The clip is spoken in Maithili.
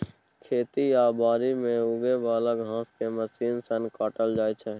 खेत आ बारी मे उगे बला घांस केँ मशीन सँ काटल जाइ छै